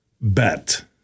bet